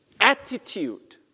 attitude